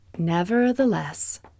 Nevertheless